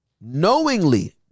knowingly